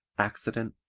accident,